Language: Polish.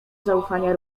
zaufania